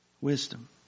wisdom